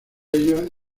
ellos